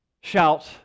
shout